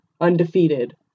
Undefeated